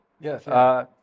Yes